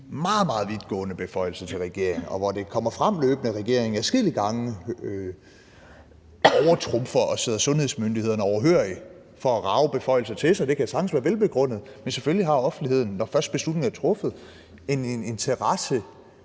meget vidtgående beføjelser til regeringen, og det kommer løbende frem, at regeringen adskillige gange overtrumfer og sidder sundhedsmyndighederne overhørig for at rage beføjelser til sig. Det kan sagtens være velbegrundet, men selvfølgelig har offentligheden, når først beslutningen er truffet, en interesse